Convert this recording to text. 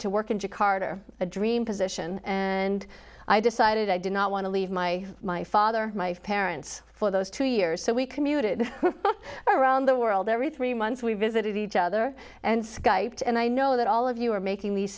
to work in jakarta a dream position and i decided i did not want to leave my my father my parents for those two years so we commuted around the world every three months we visited each other and skype and i know that all of you are making the